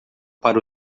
para